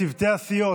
התשפ"א 2021,